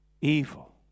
evil